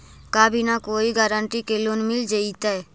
का बिना कोई गारंटी के लोन मिल जीईतै?